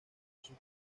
sus